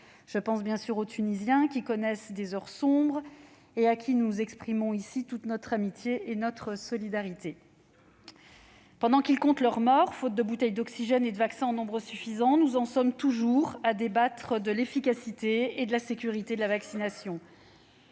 Je pense bien sûr aux Tunisiens, qui connaissent des heures sombres et à qui nous exprimons toute notre amitié et notre solidarité. Pendant qu'ils comptent leurs morts, faute de bouteilles d'oxygène et de vaccins en nombre suffisant, nous en sommes toujours à débattre de l'efficacité et de la sécurité de la vaccination.